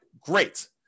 great